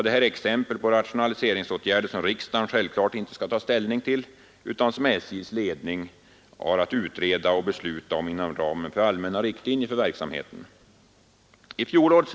Detta är exempel på rationaliseringsåtgärder som riksdagen självfallet inte skall ta ställning till utan som SJ:s ledning har att utreda och besluta om inom ramen för de allmänna riktlinjerna för verksamheten.